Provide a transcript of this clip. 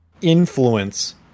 influence